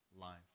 life